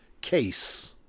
case